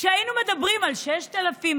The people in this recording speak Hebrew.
כשהיינו מדברים על 6,000,